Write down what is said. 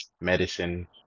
medicine